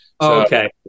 Okay